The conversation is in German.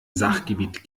sachgebiet